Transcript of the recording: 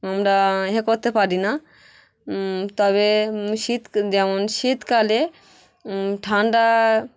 আমরা এ করতে পারি না তবে শীত যেমন শীতকালে ঠান্ডা